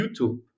YouTube